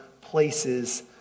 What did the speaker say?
places